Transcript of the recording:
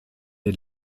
den